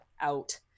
out